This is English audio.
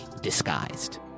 disguised